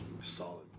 Solid